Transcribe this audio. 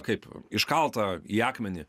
kaip iškalta į akmenį